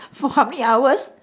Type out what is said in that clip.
for how many hours